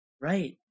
Right